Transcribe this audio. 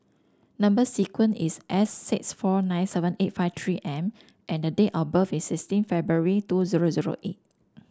number sequence is S six four nine seven eight five three M and date of birth is sixteen February two zero zero eight